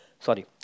Sorry